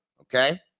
okay